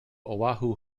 oahu